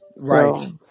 Right